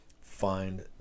find